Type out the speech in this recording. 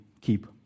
keep